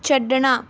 ਛੱਡਣਾ